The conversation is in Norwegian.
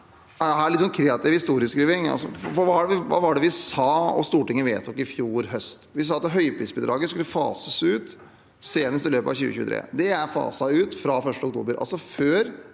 Dette er litt kreativ historieskriving, for hva var det vi sa og Stortinget vedtok i fjor høst? Vi sa at høyprisbidraget skulle fases ut senest i løpet av 2023. Det er faset ut fra 1. oktober, altså